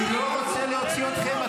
אני לא רוצה להוציא אתכם.